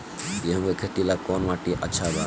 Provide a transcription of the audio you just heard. गेहूं के खेती ला कौन माटी अच्छा बा?